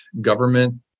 government